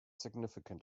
significant